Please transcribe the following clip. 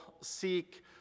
seek